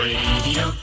Radio